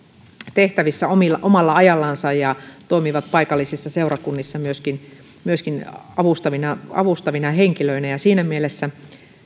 tehtävissä omalla omalla ajallansa ja toimivat paikallisissa seurakunnissa myöskin myöskin avustavina avustavina henkilöinä siinä mielessä